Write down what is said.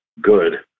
good